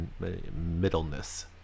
middleness